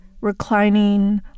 reclining